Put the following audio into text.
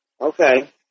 Okay